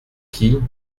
qui